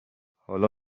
حالا